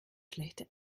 schlechte